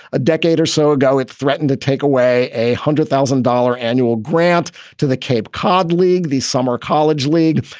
a decade or so ago, it threatened to take away a hundred thousand dollar annual grant to the cape cod league, the summer college league.